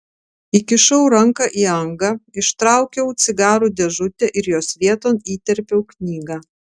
įkišau ranką į angą ištraukiau cigarų dėžutę ir jos vieton įterpiau knygą